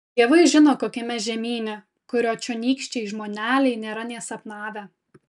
dievai žino kokiame žemyne kurio čionykščiai žmoneliai nėra nė sapnavę